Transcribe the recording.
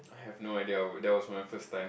I have no idea there there was my first time